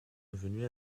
venu